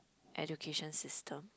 education system